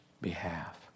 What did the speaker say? behalf